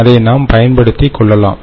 அதை நாம் பயன்படுத்திக் கொள்ளலாம்